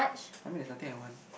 I mean there's nothing I want